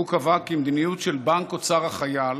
הוא קבע כי מדיניות של בנק אוצר החייל